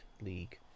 league